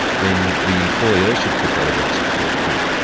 then the employer should put that evidence before the court.